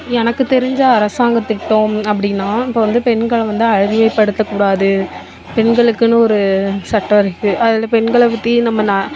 எனக்கு தெரிஞ்ச அரசாங்க திட்டம் அப்படின்னா இப்போ வந்து பெண்களை வந்து அழியேப்படுத்தக்கூடாது பெண்களுக்கெனு ஒரு சட்டம் இருக்குது அதில் பெண்களை பற்றி நம்ம நான்